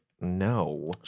No